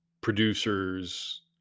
producers